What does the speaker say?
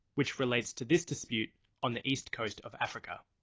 which relates to this dispute on the east coast of africa.